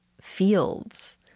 fields